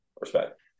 respect